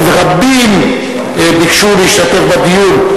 רבים ביקשו להשתתף בדיון,